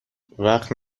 وقت